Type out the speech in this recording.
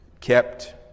kept